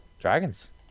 Dragons